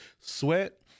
Sweat